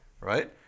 right